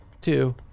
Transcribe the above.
two